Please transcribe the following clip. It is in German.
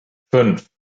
fünf